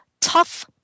Tough